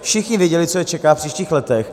Všichni věděli, co je čeká v příštích letech.